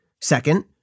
Second